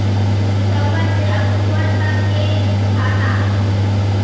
सितम्बर से अक्टूबर तक के खाता?